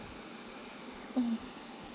mmhmm